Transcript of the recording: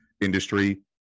industry